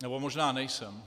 Nebo možná nejsem.